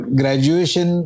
graduation